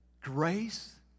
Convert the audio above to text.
grace